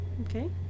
Okay